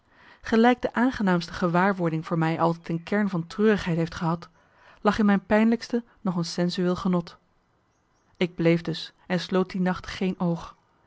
gelijk de aangenaamste gewaarwording voor mij altijd een kern van treurigheid heeft gehad lag in mijn pijnlijkste nog een sensueel genot ik bleef dus en sloot die nacht geen oog